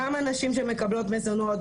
גם על נשים שמקבלות מזונות,